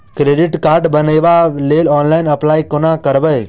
Credit card बनाबै लेल online apply कोना करबै?